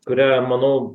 kurią manau